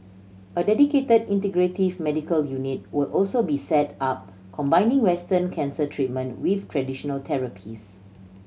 a dedicated integrative medical unit will also be set up combining western cancer treatment with traditional therapies